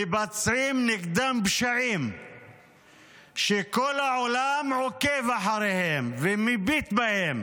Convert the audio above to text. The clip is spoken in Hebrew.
מבצעים נגדם פשעים שכל העולם עוקב אחריהם ומביט בהם.